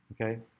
Okay